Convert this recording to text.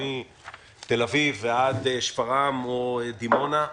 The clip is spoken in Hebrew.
מתל אביב ועד שפרעם או דימונה,